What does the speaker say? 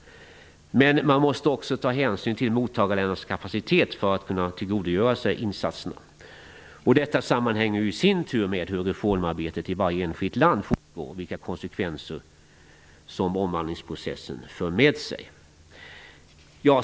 Man måste dock också ta hänsyn till mottagarländernas kapacitet att kunna tillgodogöra sig insatserna. Detta sammanhänger i sin tur med hur reformarbetet i varje enskilt land fortgår och vilka konsekvenser som omvandlingsprocessen för med sig.